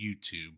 YouTube